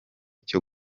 cyo